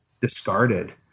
discarded